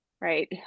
right